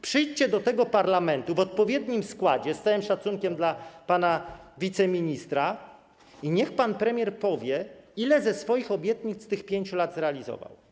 Przyjdźcie do tego parlamentu w odpowiednim składzie, z całym szacunkiem dla pana wiceministra, i niech pan premier powie, ile ze swoich obietnic podczas tych 5 lat zrealizował.